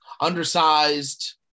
Undersized